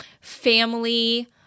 family